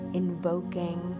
invoking